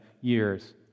years